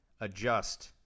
adjust